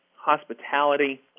hospitality